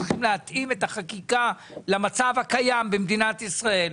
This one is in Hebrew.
צריך להתאים את החקיקה למצב הקיים במדינת ישראל,